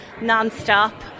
non-stop